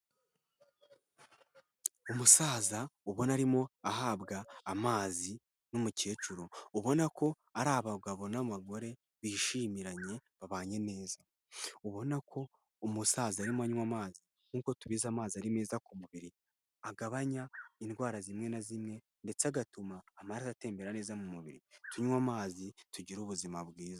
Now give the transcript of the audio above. Umusaza ubona arimo ahabwa amazi n'umukecuru. Ubona ko ari abagabo n'abagore bishimiranye, babanye neza. Ubona ko umusaza arimo anwa amazi nk'uko tubizi amazi ari meza ku mubiri. Agabanya indwara zimwe na zimwe, ndetse agatuma amaraso atembera neza mu mubiri. Tunwe amazi tugire ubuzima bwiza.